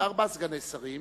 וארבעה סגני שרים,